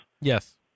Yes